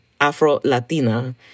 Afro-Latina